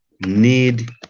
need